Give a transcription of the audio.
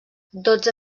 dotze